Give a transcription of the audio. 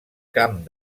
camp